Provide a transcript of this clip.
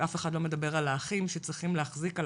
אף אחד לא מדבר על האחים שצריכים להחזיק על